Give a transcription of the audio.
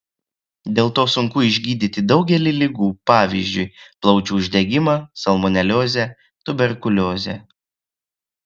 dėl to sunku išgydyti daugelį ligų pavyzdžiui plaučių uždegimą salmoneliozę tuberkuliozę